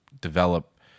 develop